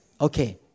Okay